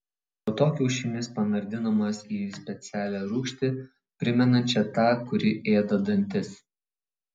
po to kiaušinis panardinamas į specialią rūgštį primenančią tą kuri ėda dantis